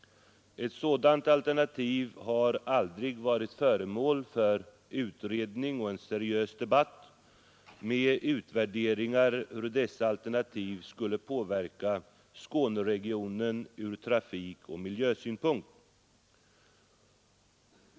Ett sådant alternativ har aldrig varit föremål för utredning och en seriös debatt, med utvärderingar hur dessa alternativ skulle påverka Skåneregionen ur trafikoch miljösynpunkt.